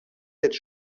têtes